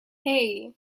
hey